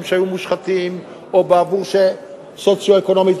שהיו מושחתים או בעבור חלשים סוציו-אקונומית,